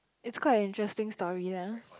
it's quite an interesting story lah